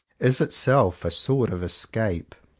is itself a sort of escape.